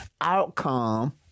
outcome